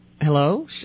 Hello